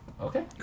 Okay